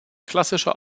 klassischer